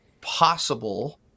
possible